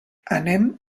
anem